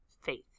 Faith